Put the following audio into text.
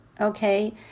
Okay